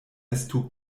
estu